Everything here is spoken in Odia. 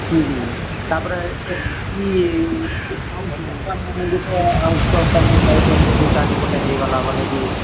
ଉଁ ହୁଁ ତାପରେ ଏ ଦୋକାନମାନେ ଦେଖ ଆଉ ତୁମ ଚାରି ପାର୍ଶ୍ୱ ଚାରିପଟେ ହୋଇ ଗଲା ବୋଲେ ବି